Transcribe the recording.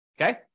Okay